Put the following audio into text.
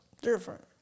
Different